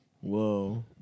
Whoa